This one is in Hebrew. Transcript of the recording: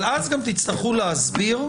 אז גם תצטרכו להסביר.